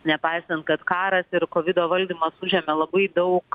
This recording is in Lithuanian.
nepaisant kad karas ir kovido valdymas užėmė labai daug